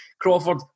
Crawford